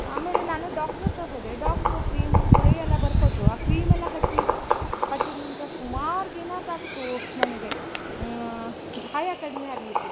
ಆಮೇಲೆ ನಾನು ಡಾಕ್ಟ್ರ್ ಹತ್ತಿರ ಹೋದೆ ಡಾಕ್ಟ್ರು ಕ್ರೀಮು ಗುಳಿಯೆಲ್ಲ ಬರಕೊಟ್ರು ಆ ಕ್ರೀಮ್ ಎಲ್ಲ ಹಚ್ಚಿ ಹಚ್ಚಿದ ನಂತರ ಸುಮಾರು ದಿನ ತಾಗಿತು ನನಗೆ ಗಾಯ ಕಡಿಮೆ ಆಗಲಿಕ್ಕೆ